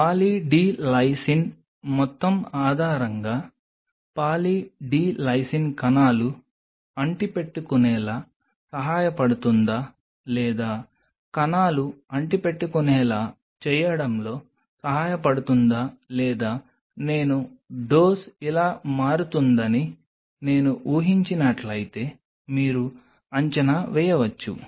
poly D lysine మొత్తం ఆధారంగా poly D lysine కణాలు అంటిపెట్టుకునేలా సహాయపడుతుందా లేదా కణాలు అంటిపెట్టుకునేలా చేయడంలో సహాయపడుతుందా లేదా నేను డోస్ ఇలా మారుతుందని నేను ఊహించినట్లయితే మీరు అంచనా వేయవచ్చు